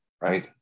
right